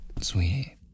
Sweetie